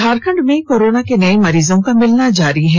झारखंड में कोरोना के नये मरीजों का मिलना जारी है